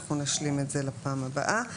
אנחנו נשלים את זה לפעם הבאה.